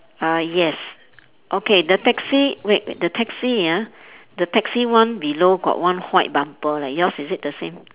uh yes okay the taxi wait the taxi ah the taxi one below got one white bumper leh yours is it the same